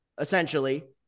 essentially